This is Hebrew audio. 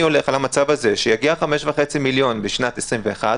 הולך על המצב הזה שיגיע 5.5 מיליון בשנת 2021,